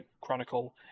Chronicle